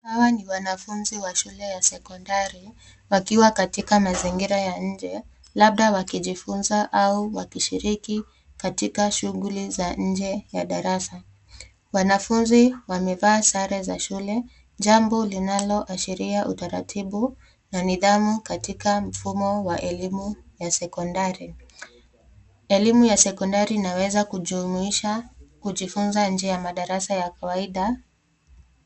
Hawa ni wanafunzi wa shule ya sekondari, wakiwa katika mazingira ya nje labda wakijifunza au wakishiriki katika shughuli za nje ya darasa. Wanafunzi wamevaa sare za shule, jambo linaloashiria utaratibu na nidhamu katika mfumo wa elimu ya sekondari. Elimu ya sekondari inaweza kujumuisha kujifunza nje ya madarasa ya kawaida.